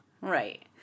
Right